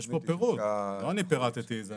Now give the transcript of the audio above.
יש פה פירוט, לא אני פירטתי את זה.